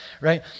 right